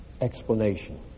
explanation